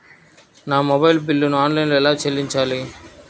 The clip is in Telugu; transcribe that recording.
నా మొబైల్ బిల్లును ఆన్లైన్లో ఎలా చెల్లించాలి?